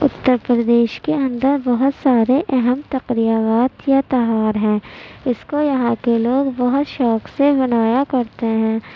اتر پردیش کے اندر بہت سارے اہم تقریبات یا تہوار ہیں اس کو یہاں کے لوگ بہت شوق سے منایا کرتے ہیں